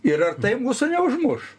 ir ar tai mūsų neužmuš